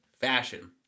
fashion